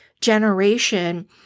generation